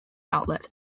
outlet